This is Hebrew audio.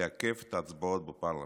לעכב את ההצבעות בפרלמנט.